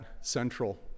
central